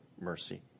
mercy